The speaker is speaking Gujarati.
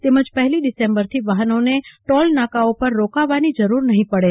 તેમજ પહેલી ડીસેમ્બર થી વાહનોને ટોલનાકાઓ પર રોકવાની જરૂર નહીં પડે